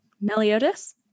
Meliodas